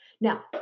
Now